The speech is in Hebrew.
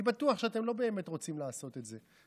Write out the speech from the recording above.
אני בטוח שאתם לא באמת רוצים לעשות את זה,